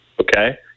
okay